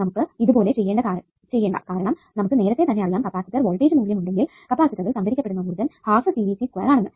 നമുക്ക് ഇതുപോലെ ചെയ്യണ്ട കാരണം നമുക്ക് നേരത്തെ തന്നെ അറിയാം കപ്പാസിറ്റർ വോൾടേജ് മൂല്യമുണ്ടെങ്കിൽ കപ്പാസിറ്ററിൽ സംഭരിക്കപ്പെടുന്ന ഊർജ്ജം ആണെന്ന്